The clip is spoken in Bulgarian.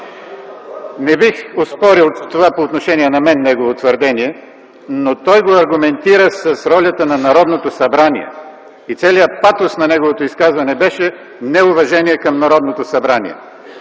Не бих оспорил по отношение на мен това негово твърдение, но той го аргументира с ролята на Народното събрание и целият патос на неговото изказване беше неуважение към Народното събрание.